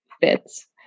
fits